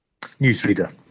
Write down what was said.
Newsreader